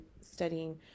studying